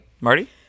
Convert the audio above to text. Marty